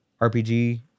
RPG